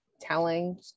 telling